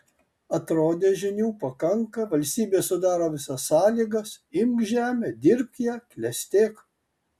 atrodė žinių pakanka valstybė sudaro visas sąlygas imk žemę dirbk ją klestėk